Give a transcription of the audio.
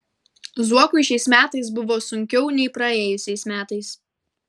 zuokui šiais metais buvo sunkiau nei praėjusiais metais